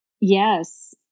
Yes